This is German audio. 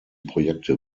projekte